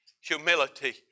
humility